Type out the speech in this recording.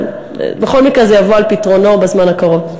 אבל בכל מקרה זה יבוא על פתרונו בזמן הקרוב.